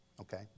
Okay